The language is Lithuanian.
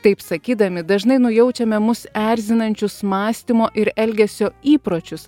taip sakydami dažnai nujaučiame mus erzinančius mąstymo ir elgesio įpročius